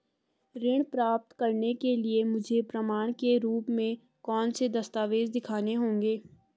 ऋण प्राप्त करने के लिए मुझे प्रमाण के रूप में कौन से दस्तावेज़ दिखाने होंगे?